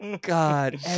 God